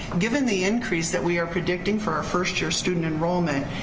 given the increase that we are predicting for our first year student enrollment,